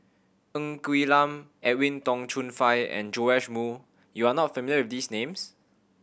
Ng Quee Lam Edwin Tong Chun Fai and Joash Moo you are not familiar with these names